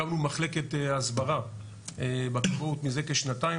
הקמנו מחלקת הסברה בכבאות מזה כשנתיים,